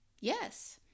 yes